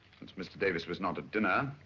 since mr. davis was not at dinner,